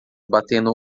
batendo